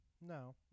No